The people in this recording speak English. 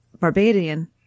Barbadian